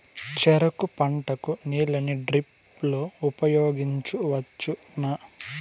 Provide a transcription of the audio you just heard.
చెరుకు పంట కు నీళ్ళని డ్రిప్ లో ఉపయోగించువచ్చునా?